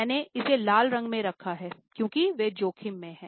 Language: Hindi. मैंने इसे लाल रंग में रखा है क्योंकि वे जोखिम में हैं